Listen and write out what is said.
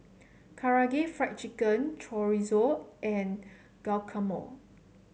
Karaage Fried Chicken Chorizo and Guacamole